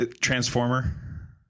Transformer